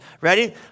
Ready